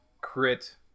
crit